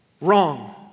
Wrong